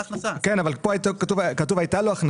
חלק מההכנסות יירשמו אצל האישה והיא תקבל גם את הניכוי.